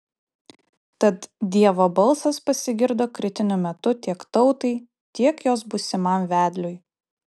tad dievo balsas pasigirdo kritiniu metu tiek tautai tiek jos būsimam vedliui